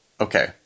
Okay